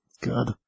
good